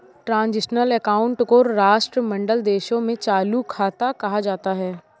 transitional account को राष्ट्रमंडल देशों में चालू खाता कहा जाता है